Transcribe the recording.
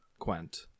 Quent